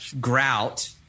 grout